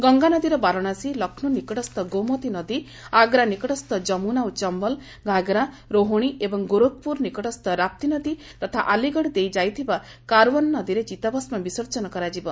ଗଙ୍ଗାନଦୀର ବାରଣାସୀ ଲକ୍ଷ୍ରୌ ନିକଟସ୍ଥ ଗୋମତୀ ନଦୀ ଆଗ୍ରା ନିକଟସ୍ଥ ଯମୁନା ଓ ଚମ୍ଘଲ ଗାଘରା ରୋହଣୀ ଏବଂ ଗୋରଖପୁର ନିକଟସ୍ଥ ରାପ୍ତିନଦୀ ତଥା ଆଲିଗଡ଼ ଦେଇ ଯାଇଥିବା କାରଓ୍ୱାନ ନଦୀରେ ଚିତାଭସ୍କ ବିସର୍ଜନ କରାଯିବ